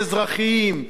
משרדי ממשלה,